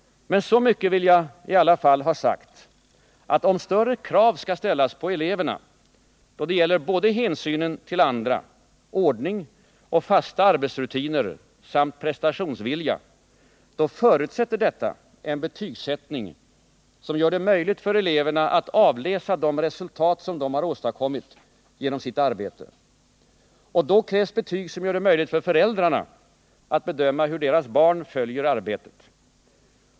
Så mycket vill jag emellertid ha sagt, att om större krav skall ställas på eleverna då det gäller både hänsynen till andra, ordning och fasta arbetsrutiner samt prestationsvilja, då förutsätter detta en betygsättning som gör det möjligt för eleverna att avläsa de resultat som de har åstadkommit genom sitt arbete. Då krävs betyg som gör det möjligt för föräldrarna att bedöma hur deras barn följer arbetet.